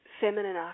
feminine